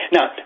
Now